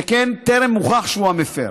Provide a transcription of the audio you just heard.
שכן טרם הוכח שהוא המפר.